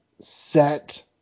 set